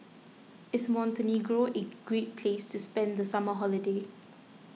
is Montenegro a great place to spend the summer holiday